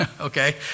okay